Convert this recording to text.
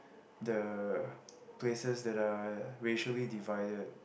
the places that are racially divided